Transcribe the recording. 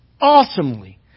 awesomely